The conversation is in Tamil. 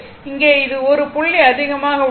இங்கே இது 1 புள்ளி அதிகமாக உள்ளது